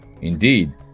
Indeed